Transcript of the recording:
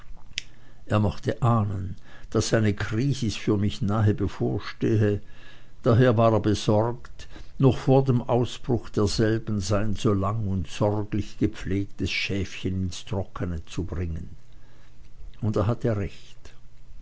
er mochte ahnen daß eine krisis für mich nahe bevorstehe daher war er besorgt noch vor dem ausbruche derselben sein so lang und sorglich gepflegtes schäfchen ins trockene zu bringen und er hatte recht